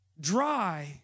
dry